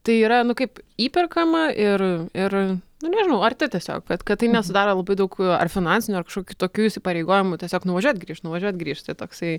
tai yra nu kaip įperkama ir ir nu nežinau arti tiesiog kad kad tai nesudaro labai daug ar finansinių ar kitokių įsipareigojimų tiesiog nuvažiuot grįžt nuvažiuot grįžt tai toksai